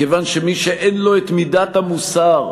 מכיוון שמי שאין לו את מידת המוסר,